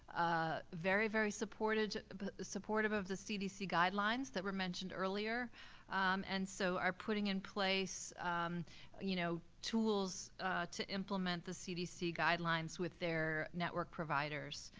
ah very, very supportive supportive of the cdc guidelines that were mentioned earlier and so are putting in place you know tools to implement the cdc guidelines with their network providers.